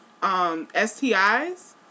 STIs